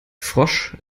frosch